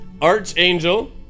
archangel